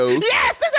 Yes